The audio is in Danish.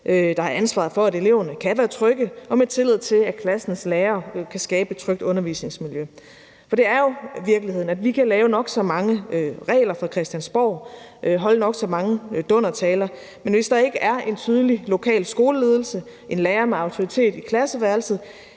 der har ansvaret for, at eleverne kan være trygge, og med tillid til, af klassens lærere kan skabe et trygt undervisningsmiljø. Det er jo virkeligheden, at vi kan lave nok så mange regler fra Christiansborg, holde nok så mange dundertaler, men hvis der ikke er en tydelig lokal skoleledelse, en lærer med autoritet i klasseværelset,